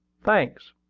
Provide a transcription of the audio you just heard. thanks.